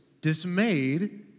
dismayed